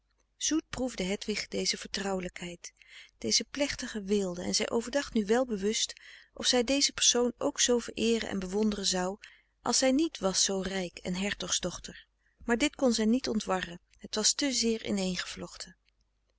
zoet proefde hedwig deze vertrouwelijkheid deze plechtige weelde en zij overdacht nu welbewust of zij deze persoon ook zoo vereeren en bewonderen zou als zij niet was zoo rijk en hertog's dochter maar dit kon zij niet ontwarren het was te zeer ineengevlochten